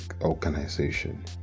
organization